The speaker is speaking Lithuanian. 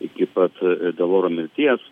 iki pat deloro mirties